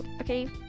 okay